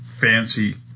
fancy